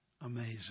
amazing